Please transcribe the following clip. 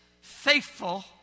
faithful